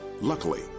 Luckily